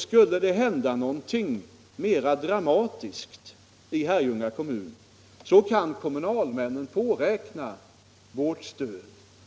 Skulle det hända någonting mera dramatiskt i Herrljunga kan kommunalmännen där påräkna vårt stöd: